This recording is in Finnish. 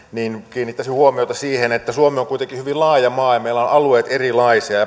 kiinnittäisin huomiota siihen että suomi on kuitenkin hyvin laaja maa ja meillä alueet ovat erilaisia